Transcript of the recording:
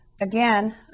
Again